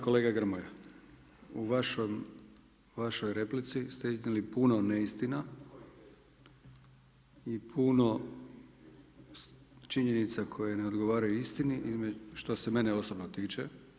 Kolega Grmoja u vašoj replici ste iznijeli puno neistina i puno činjenica koje ne odgovaraju istini što se mene osobno tiče.